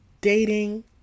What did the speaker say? dating